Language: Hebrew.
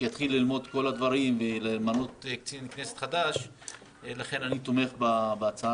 שיתחיל ללמוד את כל הדברים, ולכן אני תומך בהצעה.